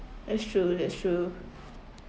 that's true that's true